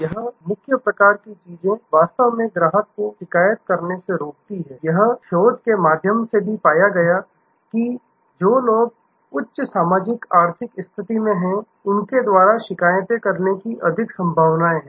यह मुख्य प्रकार की चीजें वास्तव में ग्राहक को शिकायत करने से रोकती हैं यह शोध के माध्यम से भी पाया गया कि जो लोग उच्च सामाजिक आर्थिक स्थिति में हैं उनके द्वारा शिकायतें करने की अधिक संभावनाएं हैं